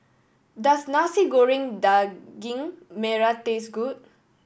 does Nasi Goreng Daging Merah taste good